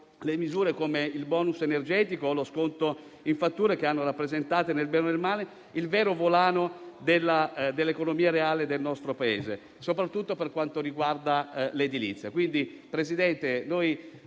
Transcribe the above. le misure come il bonus energetico o lo sconto in fattura, che hanno rappresentato - nel bene e nel male - il vero volano dell'economia reale del nostro Paese, soprattutto per quanto riguarda l'edilizia.